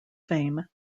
fame